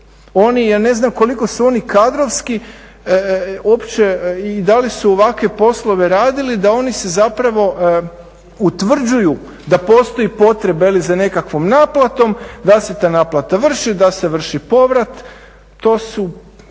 ovdje, ja ne znam koliko su oni kadrovski uopće i da li su ovakve poslove radili da oni zapravo utvrđuju da postoji potreba za nekakvom naplatom, da se ta naplata vrši, da se vrši povrat. To su,